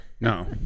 No